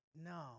no